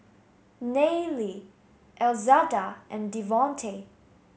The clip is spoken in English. Nayely Elzada and Devontae